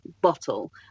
bottle